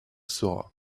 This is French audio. sera